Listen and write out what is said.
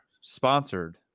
sponsored